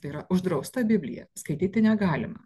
tai yra uždrausta biblija skaityti negalima